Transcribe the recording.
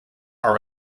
are